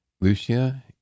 Lucia